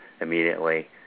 immediately